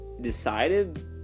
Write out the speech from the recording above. decided